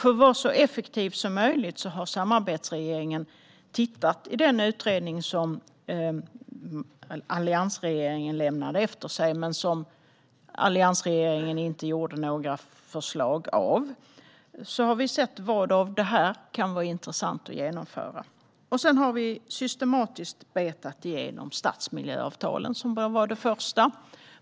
För att vara så effektiv som möjligt har samarbetsregeringen tittat i den utredning som alliansregeringen lämnade efter sig men inte gjorde några förslag av. Vi har sett vad som kan vara intressant att genomföra av detta. Sedan har vi systematiskt betat av stadsmiljöavtalen, som bör vara det första.